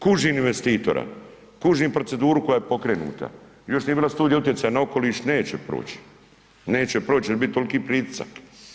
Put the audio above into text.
Kužim investitora, kužim proceduru koja je pokrenuta još nije bila studija utjecaja na okoliš, neće proći, neće proći jer će bit tolki pritisak.